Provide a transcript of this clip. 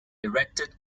erected